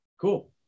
Cool